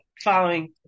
following